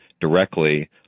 directly